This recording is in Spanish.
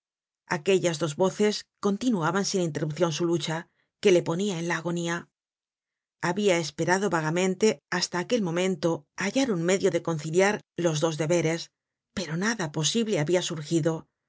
aquellas dos voces continuaban sin interrupcion su lucha que le ponia en la agonía habia esperado vagamente hasta aquel momento hallar un medio de conciliar los dos deberes pero nada posible habia surgido